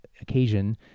occasion